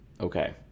Okay